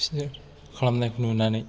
बिसोरनि खालामनायखौ नुनानै